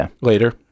later